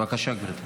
בבקשה, גברתי.